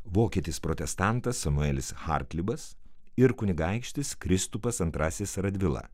vokietis protestantas samuelis harklibas ir kunigaikštis kristupas antrasis radvila